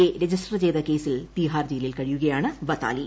A രജിസ്റ്റർ ചെയ്ത കേസിൽ തീഹാർ ജയിലിൽ കഴിയുകയാണ് വതാലി